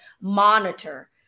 monitor